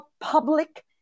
public